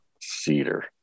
cedar